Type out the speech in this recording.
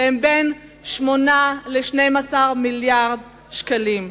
שהם בין 8 ל-12 מיליארד שקלים,